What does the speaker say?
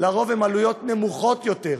הן לרוב נמוכות יותר,